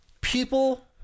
people